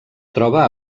troba